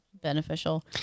beneficial